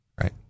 Right